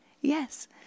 Yes